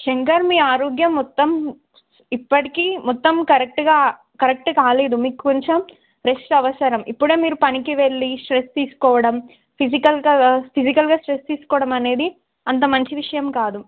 శంకర్ మీ ఆరోగ్యం మొత్తం ఇప్పటికీ మొత్తం కరెక్ట్గా కరెక్ట్ కాలేదు మీకు కొంచెం రెస్ట్ అవసరం ఇప్పుడే మీరు పనికి వెళ్ళి స్ట్రెస్ తీసుకోవడం ఫిజికల్గా ఫిజికల్గా స్ట్రెస్ తీసుకోవడం అనేది అంత మంచి విషయం కాదు